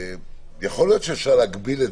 ואולי להגביל את